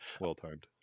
Well-timed